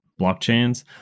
blockchains